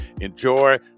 enjoy